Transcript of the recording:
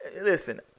Listen